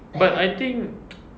but I think